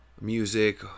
music